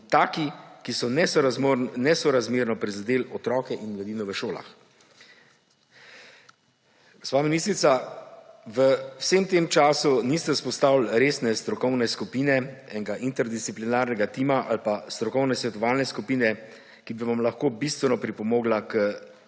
in takšni, da so nesorazmerno prizadeli otroke in mladino v šolah. Gospa ministrica, v vsem tem času niste vzpostavili resne strokovne skupine, enega interdisciplinarnega tima ali strokovne svetovalne skupine, ki bi lahko bistveno pripomogla k